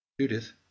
Judith